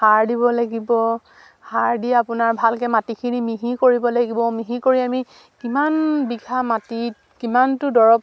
সাৰ দিব লাগিব সাৰ দি আপোনাৰ ভালকে মাটিখিনি মিহি কৰিব লাগিব মিহি কৰি আমি কিমান বিঘা মাটিত কিমানটো দৰৱ